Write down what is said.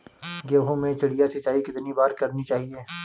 गेहूँ में चिड़िया सिंचाई कितनी बार करनी चाहिए?